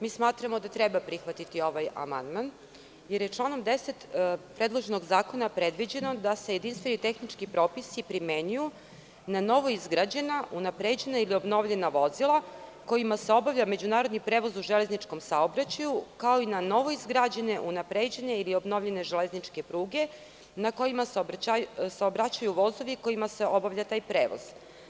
Mi smatramo da treba prihvatiti ovaj amandman, jer je članom 10. predloženog zakona predviđeno, da se jedinstveni tehnički propisi primenjuju na novoizgrađena, unapređena ili obnovljena vozila kojima se obavlja međunarodni prevoz u železničkom saobraćaju, kao i na novoizgrađene, unapređenje ili obnovljene železničke pruge na kojima saobraćaju vozovi kojima se obavlja taj prevoz.